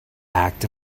act